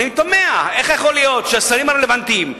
אני תמה איך יכול להיות שהשרים הרלוונטיים,